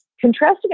contrasting